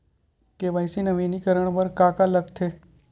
KYC नवीनीकरण बर का का लगथे?